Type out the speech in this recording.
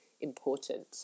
important